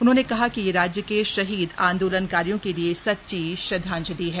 उन्होंने कहा कि यह राज्य के शहीद आंदोलनकारियों के लिए सच्ची श्रद्वांजलि है